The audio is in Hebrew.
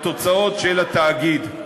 לתוצאות של התאגיד.